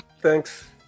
thanks